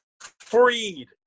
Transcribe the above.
freed